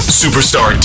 superstar